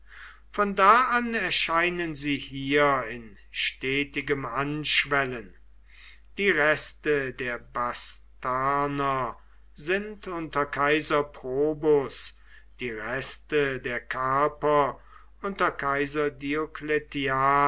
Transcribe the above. von da an erscheinen sie hier in stetigem anschwellen die reste der bastarner sind unter kaiser probus die reste der carper unter kaiser